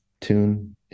tune